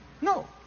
No